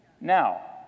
Now